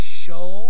show